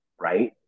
Right